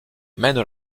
mène